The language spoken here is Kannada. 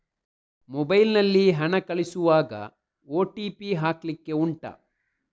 ಮೊಬೈಲ್ ನಲ್ಲಿ ಹಣ ಕಳಿಸುವಾಗ ಓ.ಟಿ.ಪಿ ಹಾಕ್ಲಿಕ್ಕೆ ಉಂಟಾ